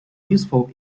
useful